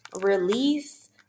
release